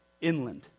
inland